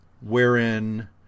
wherein